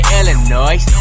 Illinois